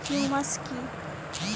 Humus কি?